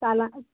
साला